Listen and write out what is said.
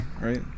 right